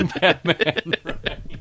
Batman